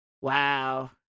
Wow